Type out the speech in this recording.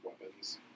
weapons